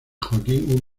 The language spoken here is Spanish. joaquín